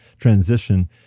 transition